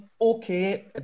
okay